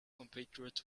compatriot